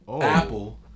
apple